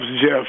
Jeff